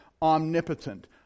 omnipotent